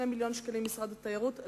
2 מיליוני שקלים משרד התיירות,